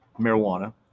marijuana